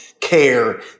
care